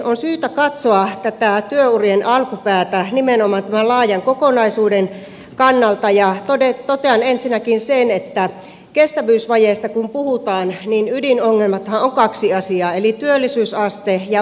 on syytä katsoa tätä työurien alkupäätä nimenomaan tämän laajan kokonaisuuden kannalta ja totean ensinnäkin sen että kestävyysvajeesta kun puhutaan niin ydinongelmiahan on kaksi asiaa eli työllisyysaste ja huoltosuhde